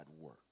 work